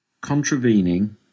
contravening